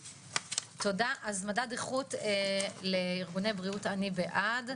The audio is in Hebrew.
תודה, אז מדד איכות לארגוני בריאות, אני בעד.